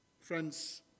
Friends